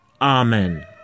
Amen